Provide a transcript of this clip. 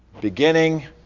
beginning